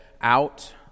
out